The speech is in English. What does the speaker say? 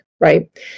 right